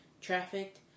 trafficked